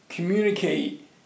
communicate